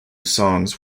songs